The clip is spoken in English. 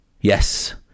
Yes